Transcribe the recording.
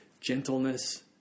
Gentleness